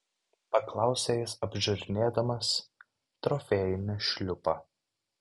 paklausė jis apžiūrinėdamas trofėjinį šliupą